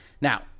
Now